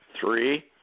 Three